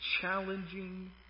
challenging